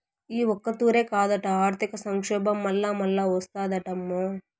ఈ ఒక్కతూరే కాదట, ఆర్థిక సంక్షోబం మల్లామల్లా ఓస్తాదటమ్మో